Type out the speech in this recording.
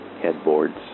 headboards